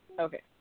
Okay